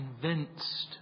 convinced